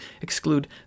exclude